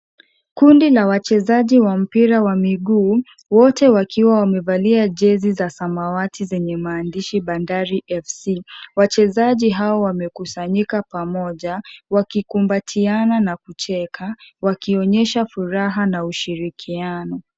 Kundi la wachezaji wa mpira wa miguu wote wakiwa wamevalia jezi zenye maandishi Bandari FC, wachezaji hao wamekusanyika pamoja wakikumbatiana na kucheka wakionyesha furaha na ushirikiano.